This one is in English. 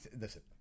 listen